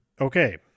Okay